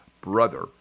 brother